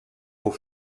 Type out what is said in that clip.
faut